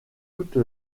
toute